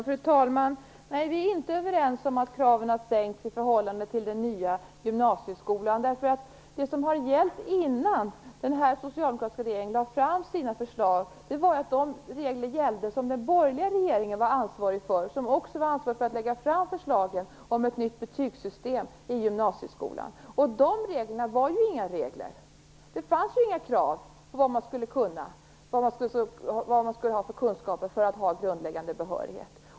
Fru talman! Nej, vi är inte överens om att kraven har sänkts i förhållande till den nya gymnasieskolan. Det som gällde innan den nuvarande socialdemokratiska regeringen lade fram sina förslag var de regler som den borgerliga regeringen var ansvarig för. Den var också ansvarig för att förslaget om ett nytt betygssystem för gymnasieskolan lades fram. De reglerna var dock inga regler. Det fanns ju inga krav på vad man skulle kunna, på vilka kunskaper som behövdes för en grundläggande behörighet.